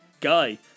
Guy